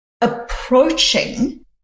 approaching